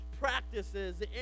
practices